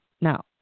Now